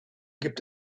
gibt